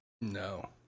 no